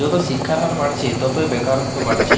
যত শিক্ষার হার বাড়ছে ততই বেকারত্ব বাড়ছে